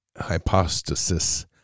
hypostasis